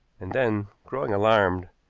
and then, growing alarmed,